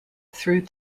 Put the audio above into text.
through